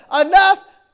enough